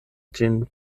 ĝin